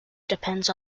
depends